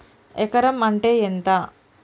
ఎకరం అంటే ఎంత?